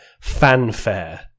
fanfare